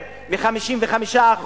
יותר מ-55%,